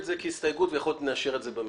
זה כהסתייגות ויכול להיות שנאשר את זה במליאה.